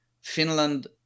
Finland